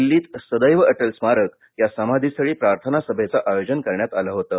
दिल्लीत सदैव अटल स्मारक या समाधीस्थळी प्रार्थना सभेचं आयोजन करण्यात आलं होतं